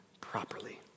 properly